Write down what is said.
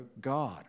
God